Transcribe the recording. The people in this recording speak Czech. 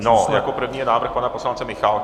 No, jako první je návrh pana poslance Michálka.